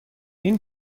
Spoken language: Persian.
این